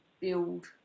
build